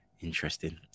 Interesting